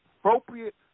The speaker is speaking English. appropriate